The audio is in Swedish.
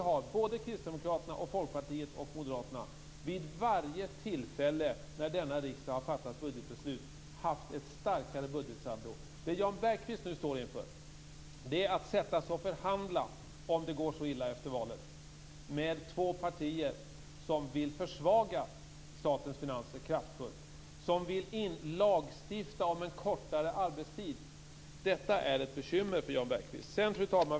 Såväl kristdemokraterna som Folkpartiet och moderaterna har vid varje tillfälle när denna riksdag har fattat budgetbeslut haft ett starkare budgetsaldo. Det Jan Bergqvist nu står inför är att - om det går så illa efter valet - sätta sig och förhandla med två partier som kraftigt vill försvaga statens finanser, som vill lagstifta om en kortare arbetstid. Detta är ett bekymmer för Jan Bergqvist. Fru talman!